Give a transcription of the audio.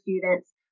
students